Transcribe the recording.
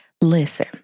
Listen